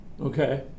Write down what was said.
Okay